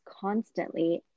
constantly